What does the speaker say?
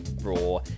raw